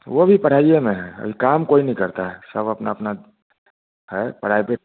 वह भी पढ़ाई में है अभी काम कोई नहीं करता है सब अपना अपना है पढ़ाई पर